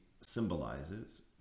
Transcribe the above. symbolizes